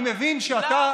אני מבין שאתה,